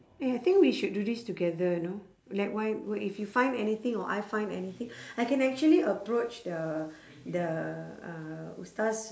eh I think we should do this together you know like why w~ if you find anything or I find anything I can actually approach the the uh